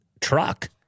truck